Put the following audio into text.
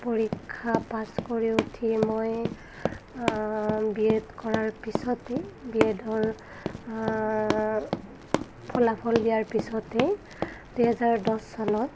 পৰীক্ষা পাছ কৰি উঠিয়ে মই বি এড কৰাৰ পিছতেই বি এডৰ ফলাফল দিয়াৰ পিছতেই দুহেজাৰ দহ চনত